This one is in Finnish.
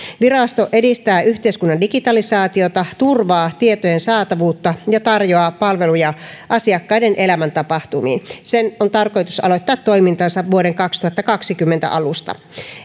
virasto edistää yhteiskunnan digitalisaatiota turvaa tietojen saatavuutta ja tarjoaa palveluja asiakkaiden elämäntapahtumiin sen on tarkoitus aloittaa toimintansa vuoden kaksituhattakaksikymmentä alusta